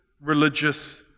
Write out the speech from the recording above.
religious